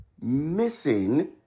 missing